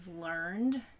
learned